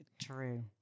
True